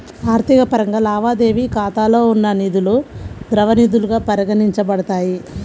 ఆర్థిక పరంగా, లావాదేవీ ఖాతాలో ఉన్న నిధులుద్రవ నిధులుగా పరిగణించబడతాయి